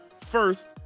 First